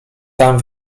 tam